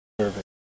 service